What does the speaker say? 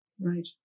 Right